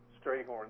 Strayhorn